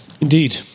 indeed